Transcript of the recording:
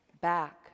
back